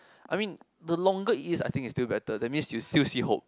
I mean the longer it is I think is still better that means you still see hope